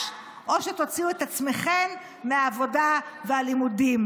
או שתוציאו את עצמכן מהעבודה והלימודים.